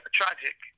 tragic